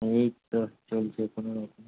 এই তো চলছে কোনো রকম